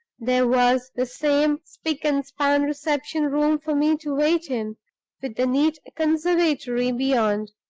there was the same spick-and-span reception-room for me to wait in, with the neat conservatory beyond,